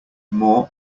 more